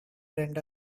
render